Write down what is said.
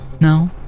No